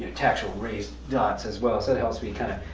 tactual raised dots as well so it helps me kind of,